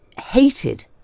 hated